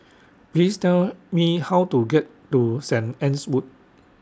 Please Tell Me How to get to Saint Anne's Wood